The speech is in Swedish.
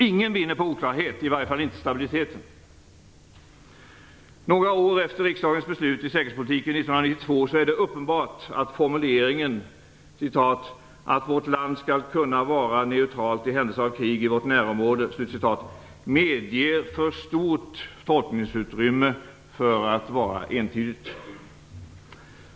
Ingen vinner på oklarhet - i varje fall inte stabiliteten. Några år efter riksdagens beslut 1992 om säkerhetspoliken är det uppenbart att formuleringen "att vårt land skall kunna vara neutralt i händelse av krig i vårt närområde" medger för stort tolkningsutrymme för att vara entydigt.